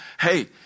hey